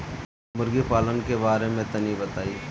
मुर्गी पालन के बारे में तनी बताई?